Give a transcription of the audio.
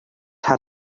had